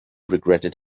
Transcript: regretted